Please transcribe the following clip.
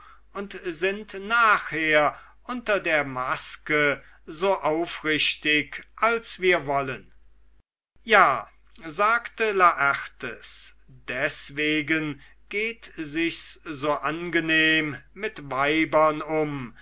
und sind nachher unter der maske so aufrichtig als wir wollen ja sagte laertes deswegen geht sich's so angenehm mit weibern um